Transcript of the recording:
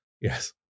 Yes